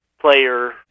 player